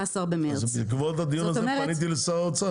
במרץ --- אז בעקבות הדיון הזה פניתי לשר האוצר.